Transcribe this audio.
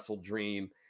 Dream